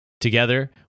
Together